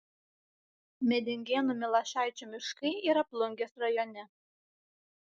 medingėnų milašaičių miškai yra plungės rajone